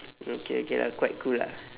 okay okay lah quite cool lah